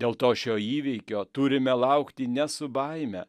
dėl to šio įvykio turime laukti ne su baime